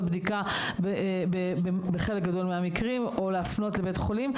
בדיקה בחלק גדול מהמקרים או להפנות לבית חולים.